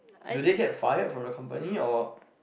do they get fired from the company or